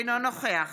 אינו נוכח